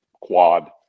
quad